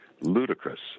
ludicrous